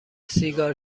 سیگار